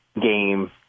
game